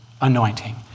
anointing